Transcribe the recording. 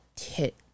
hit